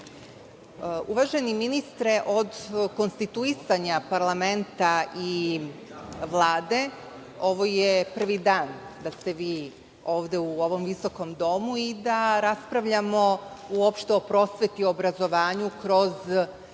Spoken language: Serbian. ministre, od konstituisanja parlamenta i Vlade, ovo je prvi dan da ste vi ovde u ovom visokom Domu i da raspravljamo uopšte o prosveti i obrazovanju kroz